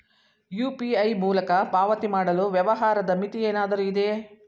UPI ಮೂಲಕ ಪಾವತಿ ಮಾಡಲು ವ್ಯವಹಾರದ ಮಿತಿ ಏನಾದರೂ ಇದೆಯೇ?